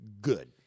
good